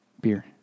beer